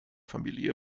familie